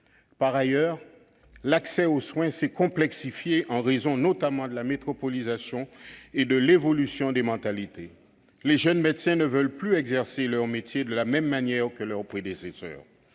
Par ailleurs, l'accès aux soins s'est complexifié en raison notamment de la métropolisation et de l'évolution des mentalités. Les jeunes médecins ne veulent plus exercer leur métier de la même manière que leurs prédécesseurs.